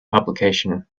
publication